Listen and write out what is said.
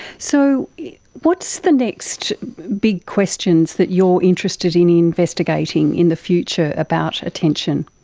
so what's the next big questions that you are interested in investigating in the future about attention?